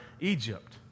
Egypt